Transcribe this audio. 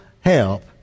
help